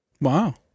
Wow